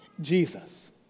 Jesus